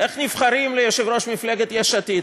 איך נבחרים ליושב-ראש מפלגת יש עתיד?